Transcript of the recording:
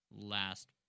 last